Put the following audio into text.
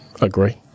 agree